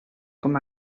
com